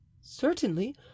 Certainly